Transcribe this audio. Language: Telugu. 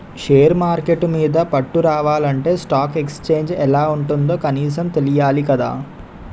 షేర్ మార్కెట్టు మీద పట్టు రావాలంటే స్టాక్ ఎక్సేంజ్ ఎలా ఉంటుందో కనీసం తెలియాలి కదా